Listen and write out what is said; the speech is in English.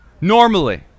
Normally